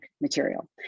material